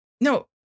No